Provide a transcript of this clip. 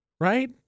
right